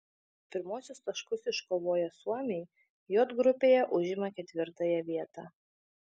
pirmuosius taškus iškovoję suomiai j grupėje užima ketvirtąją vietą